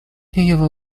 его